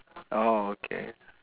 orh okay